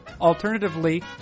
alternatively